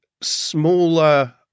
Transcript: smaller